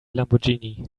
lamborghini